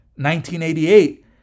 1988